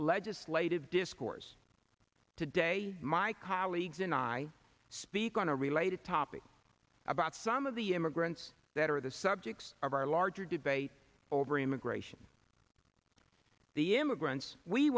legislative discourse today my colleagues and i speak on a related topic about some of the immigrants that are the subjects of our larger debate over immigration the immigrants we